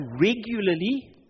regularly